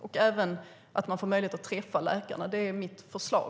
Dessutom ska man ha möjlighet att träffa läkarna. Det är mitt förslag.